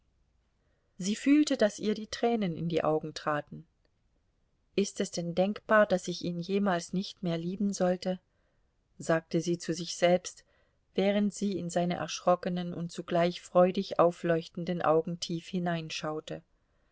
sie fühlte daß ihr die tränen in die augen traten ist es denn denkbar daß ich ihn jemals nicht mehr lieben sollte sagte sie zu sich selbst während sie in seine erschrockenen und zugleich freudig aufleuchtenden augen tief